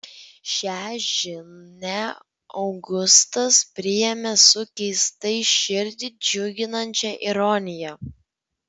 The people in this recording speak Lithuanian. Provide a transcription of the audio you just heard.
šią žinią augustas priėmė su keistai širdį džiuginančia ironija